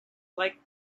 like